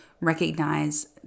recognize